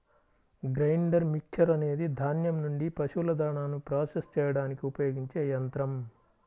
grinder mixer అనేది ధాన్యం నుండి పశువుల దాణాను ప్రాసెస్ చేయడానికి ఉపయోగించే యంత్రం